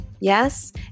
Yes